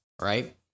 right